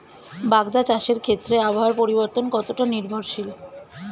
বাগদা চাষের ক্ষেত্রে আবহাওয়ার পরিবর্তন কতটা নির্ভরশীল?